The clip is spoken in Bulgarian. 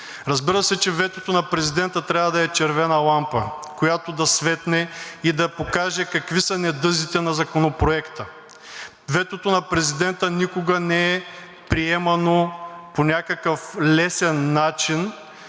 Разбира се, че ветото на президента трябва да е червена лампа, която да светне и да покаже какви са недъзите на Законопроекта. Ветото на президента никога не е приемано по някакъв лесен начин,